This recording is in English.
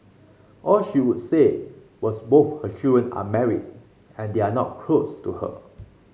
all she would say was both her children are married and they are not close to her